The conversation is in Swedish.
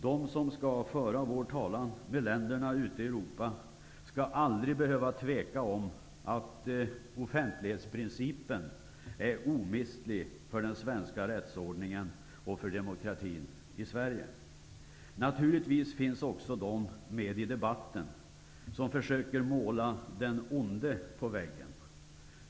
De som skall föra vår talan med länderna ute i Europa skall aldrig behöva tveka om att offentlighetsprincipen är omistlig för den svenska rättsordningen och för demokratin i Naturligtvis finns också de med i debatten som försöker måla den onde på väggen.